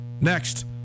next